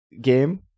game